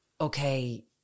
okay